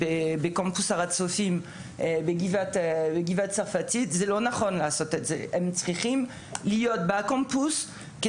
בגבעה הצרפתית הסמוכה להר הצופים כי